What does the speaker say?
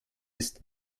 ist